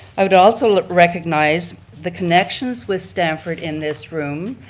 i'd also recognize the connections with stamford in this room.